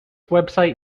website